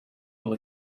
will